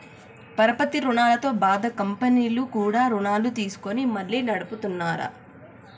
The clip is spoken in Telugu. పరపతి రుణాలతో బాధ కంపెనీలు కూడా రుణాలు తీసుకొని మళ్లీ నడుపుతున్నార